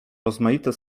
rozmaite